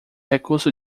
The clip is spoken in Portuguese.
recurso